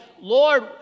Lord